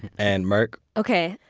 and merk? okay,